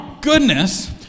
goodness